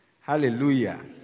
Hallelujah